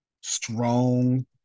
strong